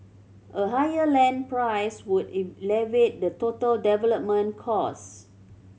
a higher land price would elevate the total development cost